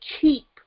keep